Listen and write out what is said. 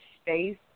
space